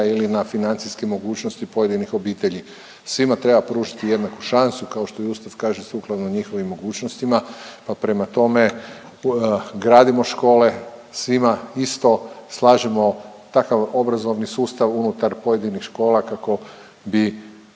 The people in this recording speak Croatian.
ili na financijske mogućnosti pojedinih obitelji. Svima treba pružiti jednaku šansu kao što i Ustav kaže sukladno njihovim mogućnostima, pa prema tome gradimo škole svima isto, slažemo takav obrazovni sustav unutar pojedinih škola kako bi